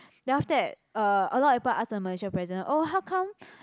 then after that uh a lot of people ask the Malaysian president oh how come